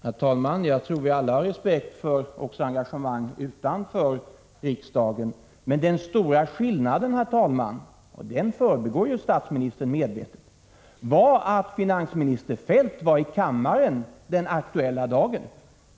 Herr talman! Jag tror att vi alla har respekt också för engagemang utanför riksdagen. Men, herr talman, den stora skillnaden — och den förbigår statsministern medvetet — var att finansminister Feldt var i kammaren den aktuella dagen.